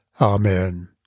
Amen